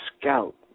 scout